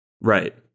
Right